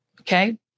Okay